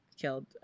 killed